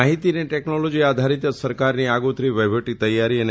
માહિતી અને ટેકનોલોજી આધારીત સરકારની આગોતરી વહીવટી તૈયારી અને